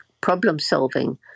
problem-solving